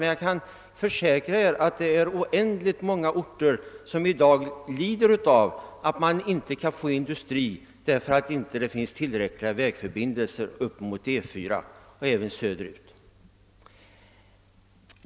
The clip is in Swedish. Men jag kan försäkra er, att det är oändligt många orter som i dag lider av att man inte kan få någon industri placerad där, därför att det inte finns tillräckliga vägförbindelser till E 4 eller söderut.